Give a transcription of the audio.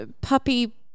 puppy